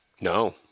No